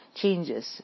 changes